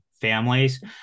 families